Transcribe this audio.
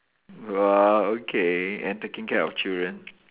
!wah! okay and taking care of children